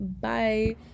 bye